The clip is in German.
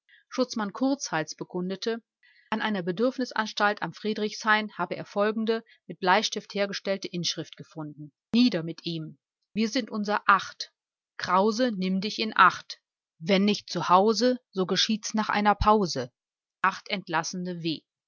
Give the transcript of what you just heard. schutzmann kurzhals bekundete an einer bedürfnisanstalt am friedrichshain habe er folgende mit bleistift hergestellte inschrift gefunden nieder mit ihm wir sind unser acht krause nimm dich in acht wenn nicht zu hause so geschieht's nach einer pause acht entlassene w